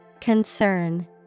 Concern